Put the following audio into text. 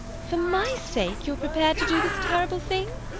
for my sake you are prepared to do this terrible thing?